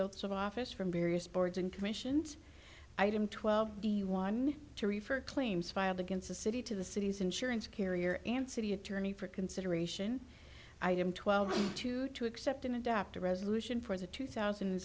oaths of office from various boards and commissions item twelve the one to refer claims filed against the city to the city's insurance carrier and city attorney for consideration item twelve two to accept and adopt a resolution for the two thousand and